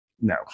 no